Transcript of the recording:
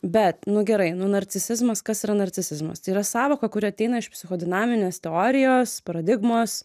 bet nu gerai nu narcisizmas kas yra narcisizmas yra sąvoka kuri ateina iš psichodinaminės teorijos paradigmos